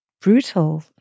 brutal